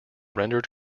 rendered